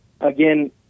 again